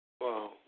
Wow